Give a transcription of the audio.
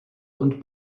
und